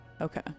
Okay